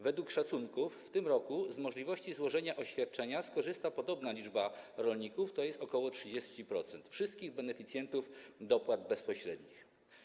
Według szacunków w tym roku z możliwości złożenia oświadczenia skorzysta podobna liczba rolników, tj. ok. 30% wszystkich beneficjentów dopłat bezpośrednich.